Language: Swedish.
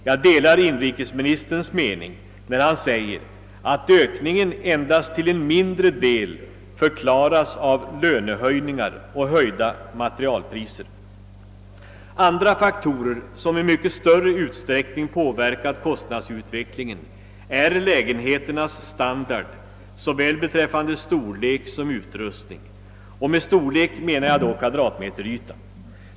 Jag delar inrikesministerns mening när han säger att ökningen endast till en mindre del förklaras av lönehöjningar och höjda materialpriser. Andra faktorer, som i mycket större utsträckning påverkat kostnadsutvecklingen, är lägenheternas standard såväl beträffande storlek som beträffande utrustning — med storlek menar jag då kvadratmeteryta.